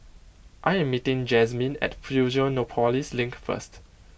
I am meeting Jazmin at Fusionopolis Link first